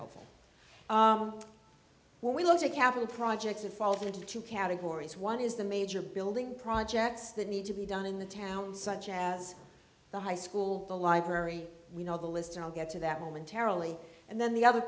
helpful when we look at capital projects of fall into two categories one is the major building projects that need to be done in the town such as the high school the library we know the list and i'll get to that momentarily and then the other